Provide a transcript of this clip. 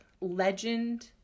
legend